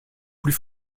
plus